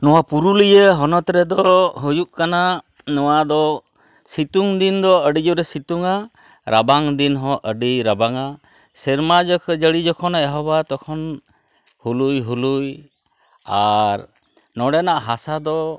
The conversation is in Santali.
ᱱᱚᱣᱟ ᱯᱩᱨᱩᱞᱤᱭᱟᱹ ᱦᱚᱱᱚᱛᱨᱮᱫᱚ ᱦᱩᱭᱩᱜ ᱠᱟᱱᱟ ᱱᱚᱣᱟᱫᱚ ᱥᱤᱛᱩᱝᱫᱤᱱ ᱫᱚ ᱟᱹᱰᱤ ᱡᱳᱨᱮ ᱥᱤᱛᱩᱝᱼᱟ ᱨᱟᱵᱟᱝ ᱫᱤᱱᱦᱚᱸ ᱟᱹᱰᱤ ᱨᱟᱵᱟᱝᱼᱟ ᱥᱮᱨᱢᱟ ᱡᱟᱹᱲᱤ ᱡᱚᱠᱷᱚᱱᱮ ᱮᱦᱚᱵᱟ ᱛᱚᱠᱷᱚᱱ ᱦᱩᱞᱩᱭ ᱦᱩᱞᱩᱭ ᱟᱨ ᱱᱚᱸᱰᱮᱱᱟᱜ ᱦᱟᱥᱟ ᱫᱚ